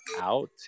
out